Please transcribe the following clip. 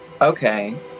Okay